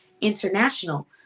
international